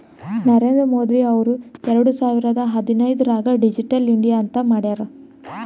ನರೇಂದ್ರ ಮೋದಿ ಅವ್ರು ಎರಡು ಸಾವಿರದ ಹದಿನೈದುರ್ನಾಗ್ ಡಿಜಿಟಲ್ ಇಂಡಿಯಾ ಅಂತ್ ಮಾಡ್ಯಾರ್